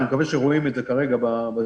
אני מקווה שרואים את זה כרגע ב"זום",